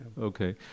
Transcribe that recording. okay